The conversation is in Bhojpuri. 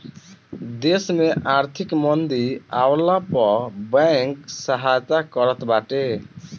देस में आर्थिक मंदी आवला पअ बैंक सहायता करत बाटे